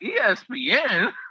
ESPN